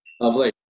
lovely